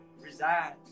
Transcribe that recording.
resides